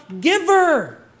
giver